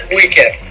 weekend